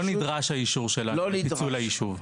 האישור שלנו לא נדרש לפיצול היישוב.